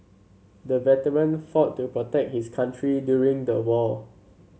the veteran fought to protect his country during the war